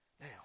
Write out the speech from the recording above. Now